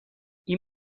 این